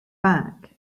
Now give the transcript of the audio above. back